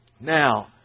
Now